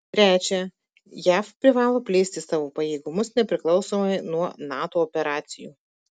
trečia jav privalo plėsti savo pajėgumus nepriklausomai nuo nato operacijų